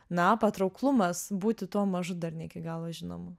na patrauklumas būti tuo mažu dar ne iki galo žinomu